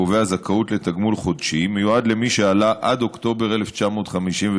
הקובע זכאות לתגמול חודשי מיועד למי שעלה עד אוקטובר 1953,